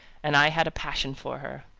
and i had a passion for her.